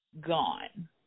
gone